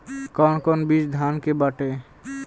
कौन कौन बिज धान के बाटे?